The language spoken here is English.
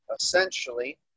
essentially